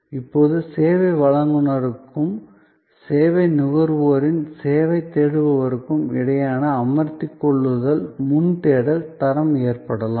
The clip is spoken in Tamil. இப்போது சேவை வழங்குநருக்கும் சேவை நுகர்வோரின் சேவை தேடுபவருக்கும் இடையேயான அமர்த்திக் கொள்ளுதல் முன் தேடல் தரம் ஏற்படலாம்